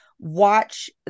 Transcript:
Watch